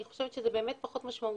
אני חושבת שזה באמת פחות משמעותי.